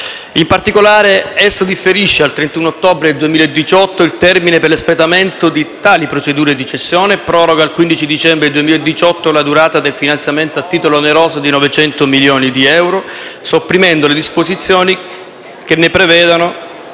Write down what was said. In particolare, esso differisce al 31 ottobre 2018 il termine per l'espletamento di tali procedure di cessione e proroga al 15 dicembre 2018 la durata del finanziamento a titolo oneroso di 900 milioni di euro, sopprimendo le disposizioni che ne prevedevano